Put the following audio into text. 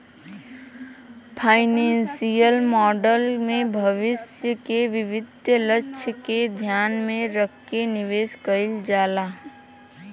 financial model में भविष्य क वित्तीय लक्ष्य के ध्यान में रखके निवेश कइल जाला